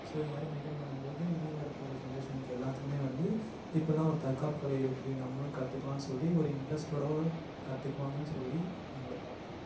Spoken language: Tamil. ஸோ இது மாதிரி மெயின்டைன் பண்ணும் போது இனி வரப்போற ஜென்ரேஷன்க்கு எல்லாத்துக்குமே வந்து இப்படிலாம் ஒரு தற்காப்புக் கலை இருக்கு நம்மளும் கற்றுக்கலான் சொல்லிட்டு ஒரு இன்ட்ரஸ்ட்டோட கற்றுக்குவாங்கன்னு சொல்லி என்னோட தாட்